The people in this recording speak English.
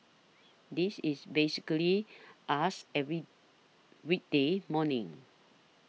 this is basically us every weekday morning